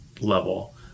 level